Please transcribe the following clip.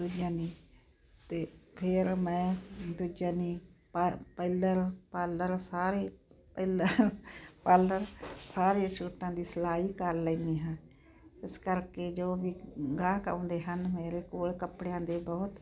ਦੂਜਿਆਂ ਨਹੀਂ ਅਤੇ ਫਿਰ ਮੈਂ ਦੂਜਾ ਨਹੀਂ ਪਾ ਪੈਲਰ ਪਾਰਲਰ ਸਾਰੇ ਪੈਲ ਪਾਲਰ ਸਾਰੇ ਸੂਟਾਂ ਦੀ ਸਿਲਾਈ ਕਰ ਲੈਨੀ ਹਾਂ ਇਸ ਕਰਕੇ ਜੋ ਵੀ ਗਾਹਕ ਆਉਂਦੇ ਹਨ ਮੇਰੇ ਕੋਲ ਕੱਪੜਿਆਂ ਦੇ ਬਹੁਤ